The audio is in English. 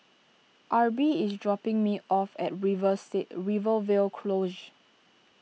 Arbie is dropping me off at river seat Rivervale Close